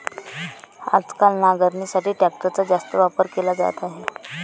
आजकाल नांगरणीसाठी ट्रॅक्टरचा जास्त वापर केला जात आहे